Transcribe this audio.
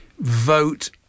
Vote